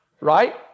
right